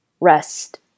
rest